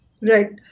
right